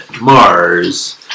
Mars